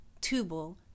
Tubal